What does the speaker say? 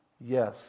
Yes